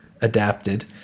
adapted